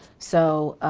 so,